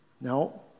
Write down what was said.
No